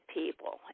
people